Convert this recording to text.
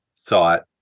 thought